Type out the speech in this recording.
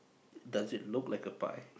does it look like a pie